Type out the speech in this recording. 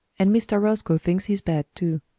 and mr. roscoe thinks he is bad, too.